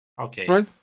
Okay